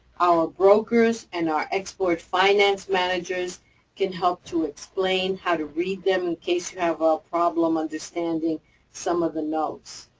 our brokers and our export finance managers can help to explain how to read them in case you have a problem understanding some of the notes.